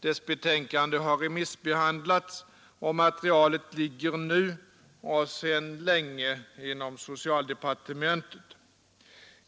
Dess betänkande har remissbehandlats, och materialet ligger nu sedan länge hos socialdepartementet.